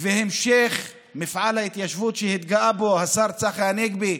והמשך מפעל ההתיישבות, שהתגאה בו השר צחי הנגבי.